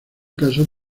caso